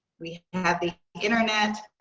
we have the internet.